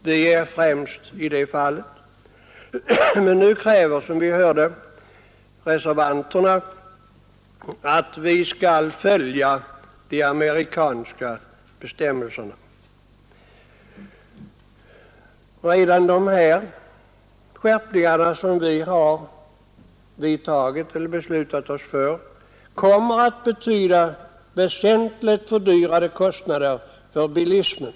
Vi är främst i det fallet. Som vi hörde kräver reservanten nu att vi skall följa de amerikanska bestämmelserna. Men redan de skärpningar som vi har beslutat oss för kommer att betyda väsentligt fördyrade kostnader för bilismen.